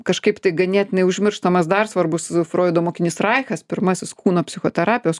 kažkaip tai ganėtinai užmirštamas dar svarbus froido mokinys raikas pirmasis kūno psichoterapijos